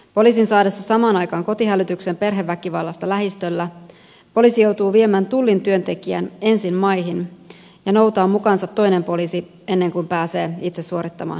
poliisin saadessa samaan aikaan kotihälytyksen perheväkivallasta lähistöllä poliisi joutuu viemään tullin työntekijän ensin maihin ja noutamaan mukaansa toisen poliisin ennen kuin pääsee itse suorittamaan hälytystehtävää